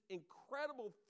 incredible